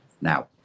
Now